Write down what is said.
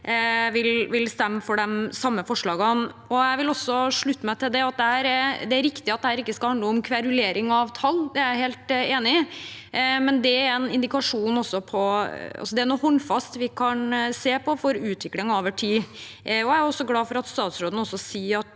vil stemme for de samme forslagene. Jeg vil også slutte meg til at det er riktig at dette ikke skal handle om kverulering om tall. Det er jeg helt enig i, men tallene er en indikasjon, noe håndfast vi kan se på for utviklingen over tid. Jeg er også glad for at statsråden sier at